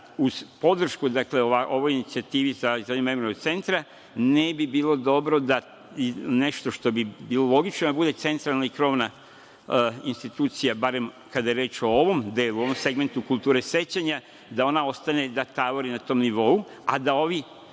uz podršku ovoj inicijativi za izgradnju Memorijalnog centra ne bi bilo dobro da nešto što bi bilo logično da bude centralna i krovna institucija, barem kada je reč o ovom delu, o ovom segmentu kulture sećanja, da ona ostane, da tavori na tom nivou, a da ovi